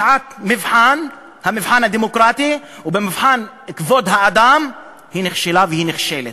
שבשעת המבחן הדמוקרטי ובמבחן כבוד האדם היא נכשלה והיא נכשלת.